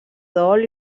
dol